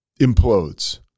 implodes